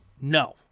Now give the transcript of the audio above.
no